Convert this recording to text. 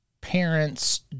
parents